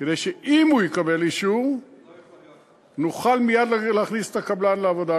כדי שאם הוא יקבל אישור נוכל מייד להכניס את הקבלן לעבודה,